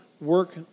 work